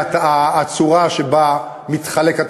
לגבי הצורה שבה התוצר מתחלק.